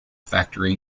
factory